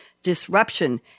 disruption